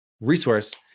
resource